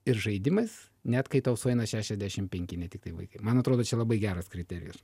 ir žaidimais net kai tau sueina šešiasdešimt penki ne tiktai vaikai man atrodo labai geras kriterijus